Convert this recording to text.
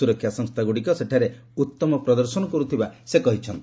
ସୁରକ୍ଷା ସଂସ୍ଥାଗୁଡ଼ିକ ସେଠାରେ ଉଉମ ପ୍ରଦର୍ଶନ କରୁଥିବା ସେ କହିଛନ୍ତି